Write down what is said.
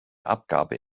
abgabe